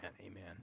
amen